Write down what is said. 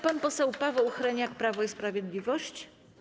Pan poseł Paweł Hreniak, Prawo i Sprawiedliwość.